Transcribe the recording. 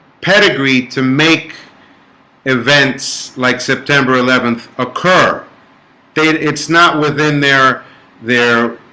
pedigree to make events like september eleventh occur then it's not within their their